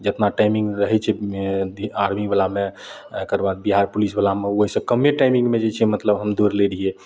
जेतना टाइमिंग रहै छै आर्मी बलामे एकरबाद बिहार पुलिस बलामे ओहिसँ कमे टाइमिंगमे जे छै मतलब हम दौड़ लै रहियै